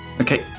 Okay